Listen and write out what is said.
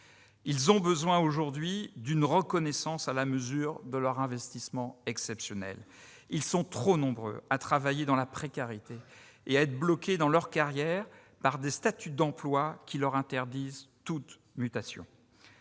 personnels ont aujourd'hui besoin d'une reconnaissance à la mesure de leur engagement exceptionnel. Ils sont trop nombreux à travailler dans la précarité et à être bloqués dans leur carrière par des statuts d'emploi qui leur interdisent toute mutation.